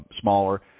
smaller